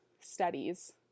studies